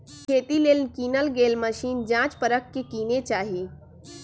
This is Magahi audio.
खेती लेल किनल गेल मशीन जाच परख के किने चाहि